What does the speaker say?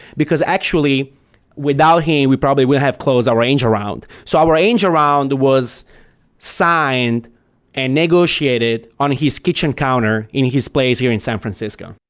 because actually without him, we probably would have closed our angel round. so our angel round was signed and negotiated on his kitchen counter in his place here in san francisco.